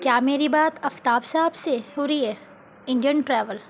کیا میری بات آفتاب صاحب سے ہو رہی ہے انڈین ٹریول